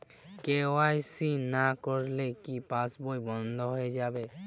KYC না করলে কি পাশবই বন্ধ হয়ে যাবে?